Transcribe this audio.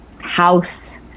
house